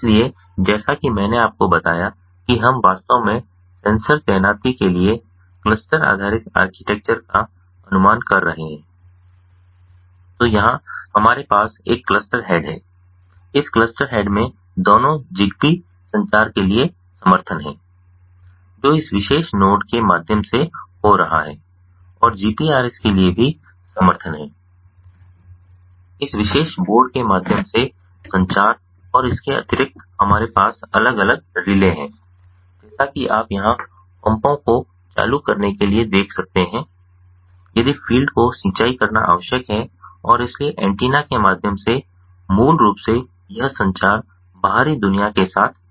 इसलिए जैसा कि मैंने आपको बताया कि हम वास्तव में सेंसर तैनाती के लिए क्लस्टर आधारित आर्किटेक्चर का अनुसरण कर रहे हैं तो यहां हमारे पास एक क्लस्टर हेड है इस क्लस्टर हेड में दोनों जिग्बी संचार के लिए समर्थन है जो इस विशेष नोड के माध्यम से हो रहा है और जीपीआरएस के लिए भी समर्थन है इस विशेष बोर्ड के माध्यम से संचार और इसके अतिरिक्त हमारे पास अलग अलग रिले हैं जैसा कि आप यहां पंपों को चालू करने के लिए देख सकते हैं यदि फ़ील्ड को सिंचाई करना आवश्यक है और इसलिए एंटीना के माध्यम से मूल रूप से यह संचार बाहरी दुनिया के साथ हो रहा है